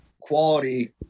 quality